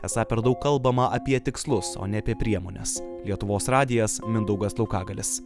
esą per daug kalbama apie tikslus o ne apie priemones lietuvos radijas mindaugas laukagalis